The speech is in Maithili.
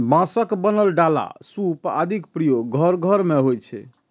बांसक बनल डाला, सूप आदिक प्रयोग घर घर मे होइ छै